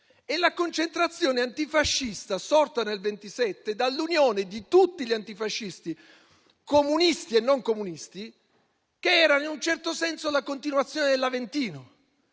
e la concentrazione antifascista, sorta nel 1927 dall'unione di tutti gli antifascisti, comunisti e non comunisti, che erano, in un certo senso, la continuazione dell'Aventino.